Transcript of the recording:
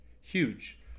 huge